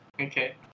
Okay